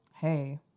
Hey